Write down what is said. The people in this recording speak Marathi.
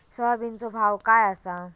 सोयाबीनचो भाव काय आसा?